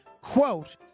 quote